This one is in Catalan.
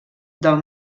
del